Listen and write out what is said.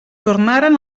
tornaren